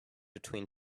between